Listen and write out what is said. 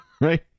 Right